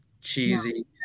cheesy